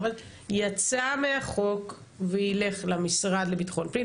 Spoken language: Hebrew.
יצא מהחוק וילך למשרד לביטחון הפנים,